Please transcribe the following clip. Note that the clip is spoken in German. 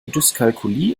dyskalkulie